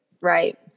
Right